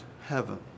heaven